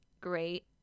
great